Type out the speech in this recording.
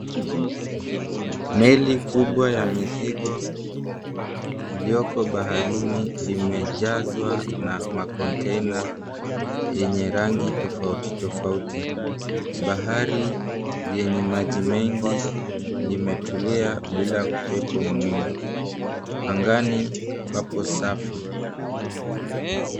Meli kubwa ya mizigo ilioko baharini limejazwa na makontaina yenye rangi tofauti tofauti. Bahari yenye maji mengi limetulia bila upepo mwingi. Angani papo safi.